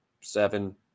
seven